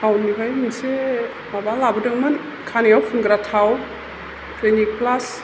थाउन निफ्राय मोनसे माबा लाबोदोंमोन खानाइयाव फुनग्रा थाव ख्लिनिक फ्लास